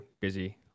busy